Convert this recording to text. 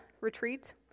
retreat